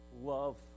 Love